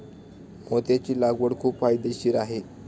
मोत्याची लागवड खूप फायदेशीर आहे